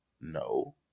No